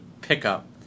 pickup